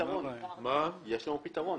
יש לנו פתרון.